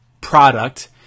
product